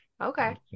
Okay